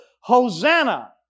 Hosanna